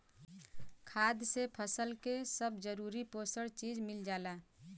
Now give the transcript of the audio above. खाद से फसल के सब जरूरी पोषक चीज मिल जाला